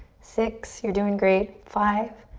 six, you're doing great. five,